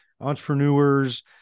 entrepreneurs